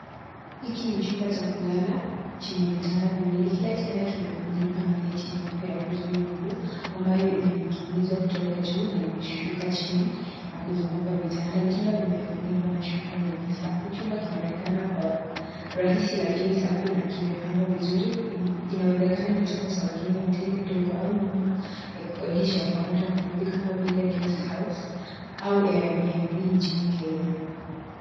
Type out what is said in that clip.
Hiki ni chumba cha kulala chenye vitanda viwili. Kila kitanda kimefunikwa na neti nyeupe ya kuzuia mbu ambayo imeniginizwa kutoka juu na imeshuka chini na kuzunguka vitanda. Vitanda vimefunikwa na shuka nyeupe safi. Chumba kinaonekana kwa rahisi lakini safi na kimepangwa vizuri. Inawezekana ni chumba cha wageni, hoteli ndogo, au nyumba ya kukondisha kwa muda mfupi kama vile guest house au Airbnb nchini Kenya.